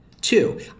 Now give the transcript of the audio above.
Two